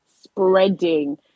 spreading